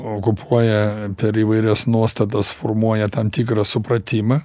okupuoja per įvairias nuostatas formuoja tam tikrą supratimą